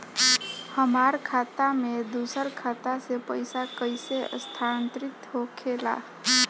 हमार खाता में दूसर खाता से पइसा कइसे स्थानांतरित होखे ला?